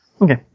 Okay